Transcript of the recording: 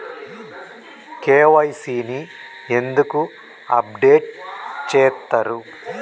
KYC ని ఎందుకు update చేత్తరు?